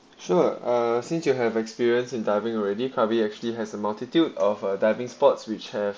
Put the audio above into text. sure ah since you have experience in diving already cover actually has a multitude of a diving spots which have